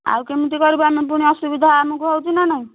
ଆଉ କେମିତି କରିବୁ ଆମେ ପୁଣି ଅସୁବିଧା ଆମକୁ ହେଉଛି ନା ନାହିଁ